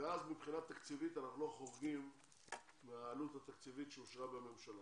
אז מבחינה תקציבית אנחנו לא חורגים מהעלות התקציבית שאושרה בממשלה.